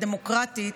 הדמוקרטית,